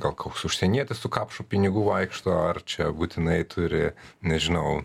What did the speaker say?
gal koks užsienietis su kapšu pinigų vaikšto ar čia būtinai turi nežinau